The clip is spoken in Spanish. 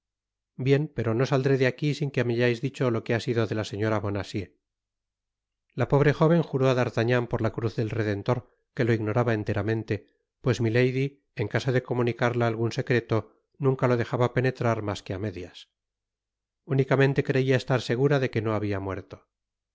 bien pero no saldré de aqui sin que me hayas dicho lo que ha sido de la señora bonacieux la pobre jó ven juró á d'artagnan por la cruz del redentor que lo ignoraba enteramente pues milady en caso de comunicarla algun secreto nunca lo dejaba penetrar mas que á medias unicamente creia estar segura deque no habia muerto